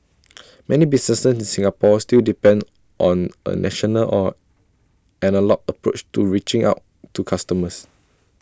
many businesses in Singapore still depend on A traditional or analogue approach to reaching out to customers